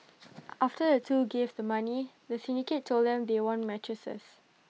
after the two gave the money the syndicate told them they won mattresses